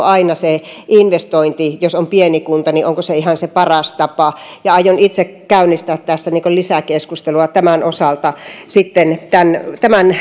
aina se investointi jos on pieni kunta ihan se paras tapa aion itse käynnistää lisäkeskustelua tämän osalta tämän tämän